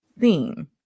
theme